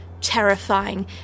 terrifying